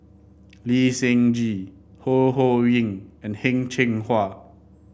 Lee Seng Gee Ho Ho Ying and Heng Cheng Hwa